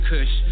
Kush